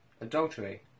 adultery